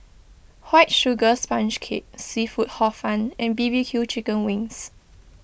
White Sugar Sponge Cake Seafood Hor Fun and B B Q Chicken Wings